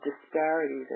disparities